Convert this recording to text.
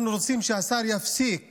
אנחנו רוצים שהשר יפסיק